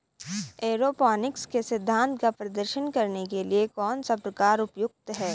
Aeroponics के सिद्धांत का प्रदर्शन करने के लिए कौन सा प्रकार उपयुक्त है?